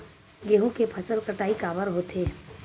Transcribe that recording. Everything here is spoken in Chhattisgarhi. गेहूं के फसल कटाई काबर होथे?